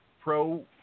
Pro